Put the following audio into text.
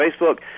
Facebook